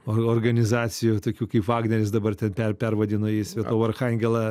or organizacijų tokių kaip vagneris dabar ten per pervadino jį svietovą archangelą